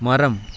மரம்